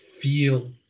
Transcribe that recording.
Feel